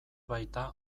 baita